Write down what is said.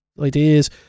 ideas